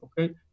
okay